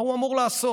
מה הוא אמור לעשות?